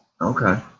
Okay